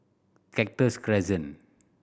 Cactus Crescent